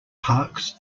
parks